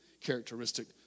characteristic